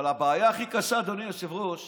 אבל הבעיה הכי קשה, אדוני היושב-ראש,